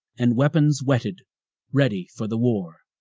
and weapons wetted ready for the war.